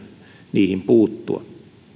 niihin puuttua